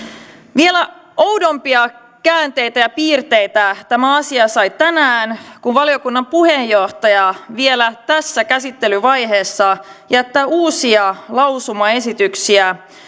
vielä oudompia käänteitä ja piirteitä tämä asia sai tänään kun valiokunnan puheenjohtaja vielä tässä käsittelyvaiheessa jättää uusia lausumaesityksiä